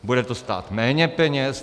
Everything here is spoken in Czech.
Bude to stát méně peněz?